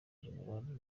jenerali